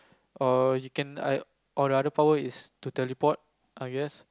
or you can I or another power is to teleport I guess